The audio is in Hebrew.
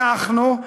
אנחנו,